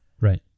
Right